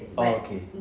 orh okay